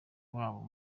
wabo